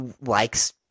likes